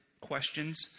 questions